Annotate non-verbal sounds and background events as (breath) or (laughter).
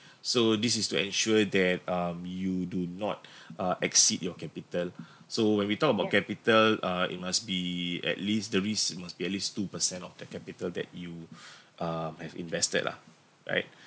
so this is to ensure that um you do not (breath) uh exceed your capital so when we talk about capital uh it must be at least the risk must be at least two per cent of the capital that you um have invested lah right